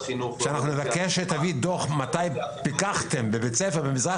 כשתביא דוח לגבי מתי פיקחתם בבית ספר במזרח